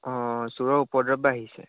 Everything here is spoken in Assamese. অঁ চুৰৰ উপদ্ৰৱ বাঢ়িছে